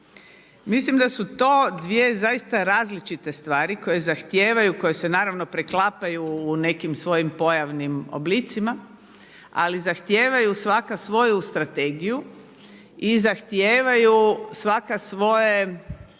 Mislim da su to dvije zaista različite stvari koje zahtijevaju, koje se naravno preklapaju u nekim svojim pojavnim oblicima, ali zahtijevaju svaka svoju strategiju i zahtijevaju svaka svoje